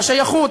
את השייכות,